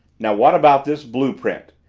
now what about this blue-print?